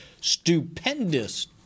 stupendous